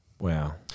Wow